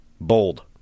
Bold